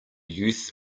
youth